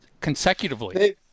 consecutively